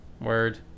Word